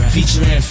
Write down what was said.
Featuring